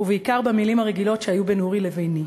ובעיקר במילים הרגילות שהיו בין אורי לביני.